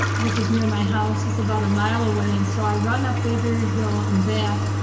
which is near my house is about a mile away. and so i run up blueberry hill and back,